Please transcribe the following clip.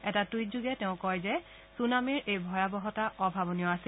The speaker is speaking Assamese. এটা টুইটযোগে তেওঁ কয় যে ছুনামীৰ এই ভয়াৱহতা অভাৱনীয় আছিল